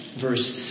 verse